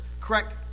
correct